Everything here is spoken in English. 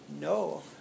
No